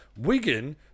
Wigan